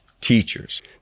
teachers